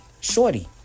Shorty